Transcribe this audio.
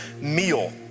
meal